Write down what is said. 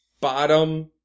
bottom